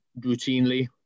routinely